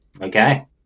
Okay